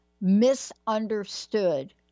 misunderstood